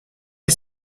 est